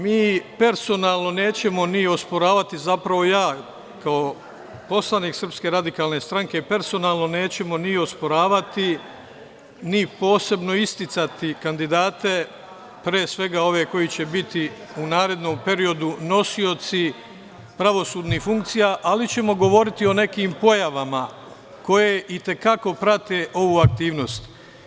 Mi personalno nećemo ni osporavati, zapravo ja, kao poslanik Srpske radikalne stranke, personalno nećemo osporavati, ni posebno isticati kandidate, pre svega ove koji će biti u narednom periodu nosioci pravosudnih funkcija, ali ćemo govoriti o nekim pojavama koje i te kako prate ovu aktivnost.